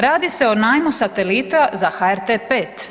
Radi se o najmu satelita za HRT5.